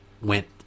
went